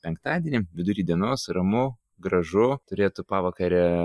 penktadienį vidury dienos ramu gražu turėtų pavakare